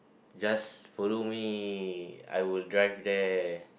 just follow me I will drive there